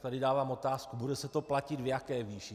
Tady dávám otázku: bude se to platit v jaké výši?